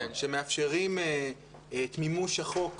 -- שמאפשרים את מימוש החוק.